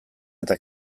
eta